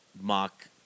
mock